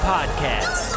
Podcast